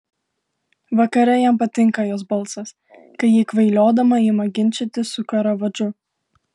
vakare jam patinka jos balsas kai ji kvailiodama ima ginčytis su karavadžu